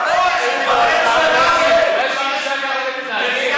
היא יושבת-ראש, נכון, אין ממשלה.